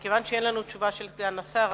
כיוון שאין לנו תשובה של סגן השר,